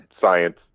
science